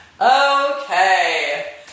Okay